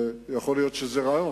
ויכול להיות שזה רעיון,